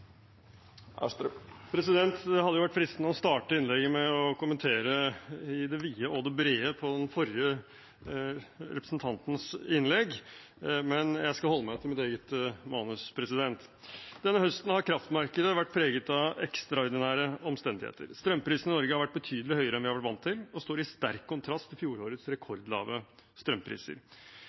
det brede, men jeg skal holde meg til mitt eget manus. Denne høsten har kraftmarkedet vært preget av ekstraordinære omstendigheter. Strømprisene i Norge har vært betydelig høyere enn vi har vært vant til, og står i sterk kontrast til fjorårets rekordlave strømpriser.